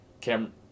Cam